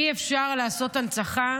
אי-אפשר לעשות הנצחה